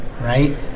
right